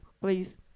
please